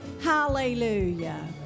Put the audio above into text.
Hallelujah